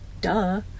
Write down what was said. Duh